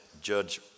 Judge